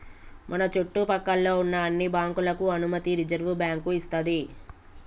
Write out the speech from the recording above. మన చుట్టు పక్కల్లో ఉన్న అన్ని బ్యాంకులకు అనుమతి రిజర్వుబ్యాంకు ఇస్తది